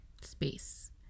space